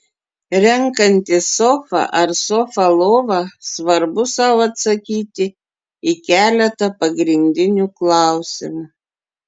renkantis sofą ar sofą lovą svarbu sau atsakyti į keletą pagrindinių klausimų